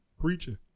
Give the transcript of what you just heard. preaching